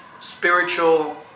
spiritual